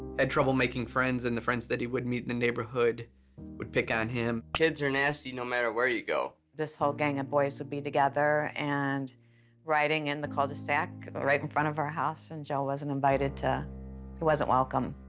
had trouble making friends, and the friends that he would meet in the neighborhood would pick on him. kids are nasty no matter where you go. this whole gang of boys would be together and riding in the cul-de-sac right in front of our house, and joe wasn't invited to he wasn't welcome.